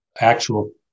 actual